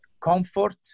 comfort